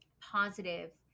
positive